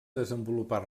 desenvolupar